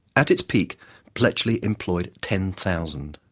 at its peak bletchley employed ten thousand.